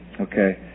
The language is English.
Okay